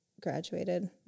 graduated